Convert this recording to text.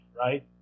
right